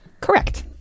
Correct